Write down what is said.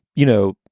you know,